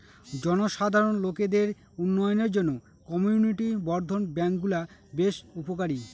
জনসাধারণ লোকদের উন্নয়নের জন্য কমিউনিটি বর্ধন ব্যাঙ্কগুলা বেশ উপকারী